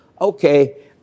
Okay